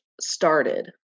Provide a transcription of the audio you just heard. started